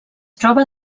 troba